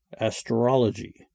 astrology